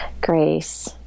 grace